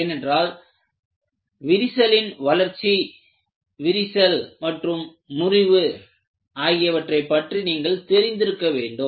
ஏனென்றால் விரிசல் விரிசலின் வளர்ச்சி மற்றும் முறிவு ஆகியவற்றைப் பற்றி நீங்கள் தெரிந்திருக்க வேண்டும்